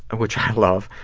and which i love.